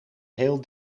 heel